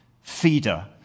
feeder